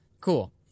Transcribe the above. Cool